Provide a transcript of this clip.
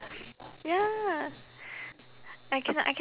ya I cannot I can~